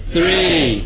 Three